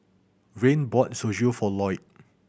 Rayne bought Zosui for Loyd